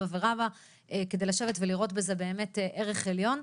ורבא כדי לשבת לראות בזה באמת ערך עליון,